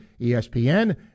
ESPN